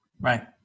Right